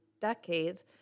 decades